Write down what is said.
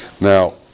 Now